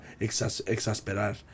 exasperar